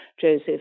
Joseph